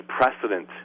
precedent